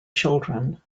children